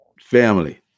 family